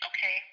Okay